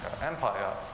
Empire